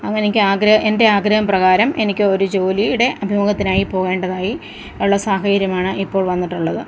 അങ്ങനെ എനിക്ക് എന്റെ ആഗ്രഹം പ്രകാരം എനിക്ക് ഒര് ജോലിയുടെ അഭിമുഖത്തിനായി പോകേണ്ടതായി ഉള്ള സാഹചര്യമാണ് ഇപ്പോള് വന്നിട്ടുള്ളത്